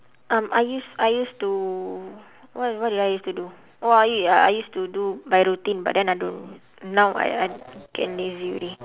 um I use I used to what what did I use to do oh I I used to do my routine but then I don't know now I I getting lazy already